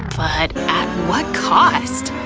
but at what cost?